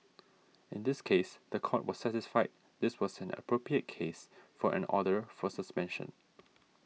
in this case the Court was satisfied this was an appropriate case for an order for suspension